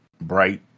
bright